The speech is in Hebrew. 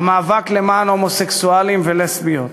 המאבק למען הומוסקסואלים ולסביות,